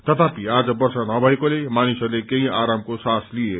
तथापि आज वर्षा नभएकोले मानिसहस्ले केही आरमको सास लिए